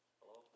Hello